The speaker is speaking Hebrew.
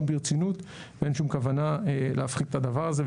ברצינות ואין שום כוונה להפחית את הדבר הזה,